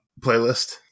Playlist